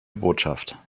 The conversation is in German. botschaft